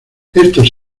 estos